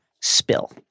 spill